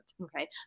okay